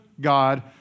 God